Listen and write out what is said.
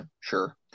sure